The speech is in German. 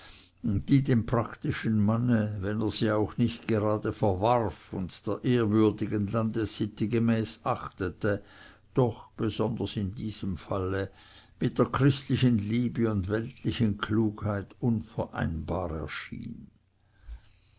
die dem praktischen manne wenn er sie auch nicht gerade verwarf und der ehrwürdigen landessitte gemäß achtete doch besonders in diesem falle mit der christlichen liebe und weltlichen klugheit unvereinbar erschien